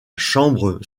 chambre